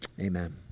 Amen